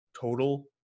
total